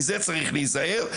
מזה צריך להיזהר.